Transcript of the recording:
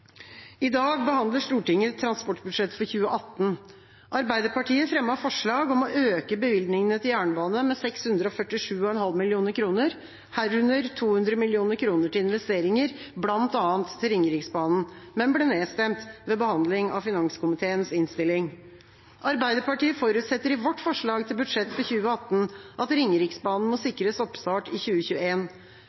I dag behandler Stortinget transportbudsjettet for 2018. Arbeiderpartiet fremmet forslag om å øke bevilgningene til jernbane med 647,5 mill. kr, herunder 200 mill. kr til investeringer, bl.a. til Ringeriksbanen, men ble nedstemt ved behandlingen av finanskomiteens innstilling. Arbeiderpartiet forutsetter i sitt forslag til budsjett for 2018 at Ringeriksbanen må sikres oppstart i